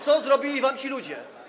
Co zrobili wam ci ludzie?